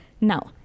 Now